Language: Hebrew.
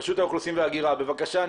רשות האוכלוסין וההגירה, בבקשה.